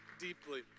deeply